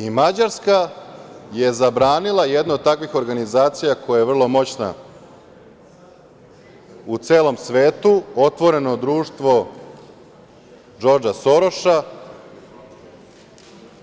I Mađarska je zabranila jednu od takvih organizacija koja je vrlo moćna u celom svetu, „Otvoreno društvo Džordža Soroša“,